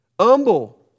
humble